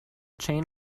chain